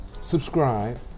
subscribe